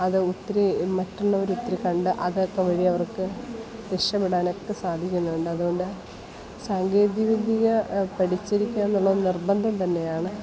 അത് ഒത്തിരി മറ്റുള്ളവർ ഒത്തിരി കണ്ട് അതൊക്കെ വഴി അവർക്ക് രക്ഷപ്പെടാനൊക്കെ സാധിക്കുന്നുണ്ട് അതു കൊണ്ട് സാങ്കേതിക വിദ്യ പഠിച്ചിരിക്കുകയെന്നുള്ളത് നിർബന്ധം തന്നെയാണ്